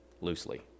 loosely